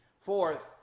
Fourth